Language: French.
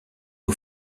nos